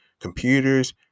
computers